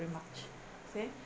~ry much you see